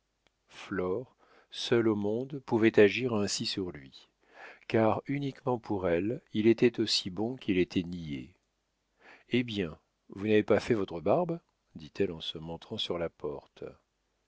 seule au monde pouvait agir ainsi sur lui car uniquement pour elle il était aussi bon qu'il était niais hé bien vous n'avez pas fait votre barbe dit-elle en se montrant sur la porte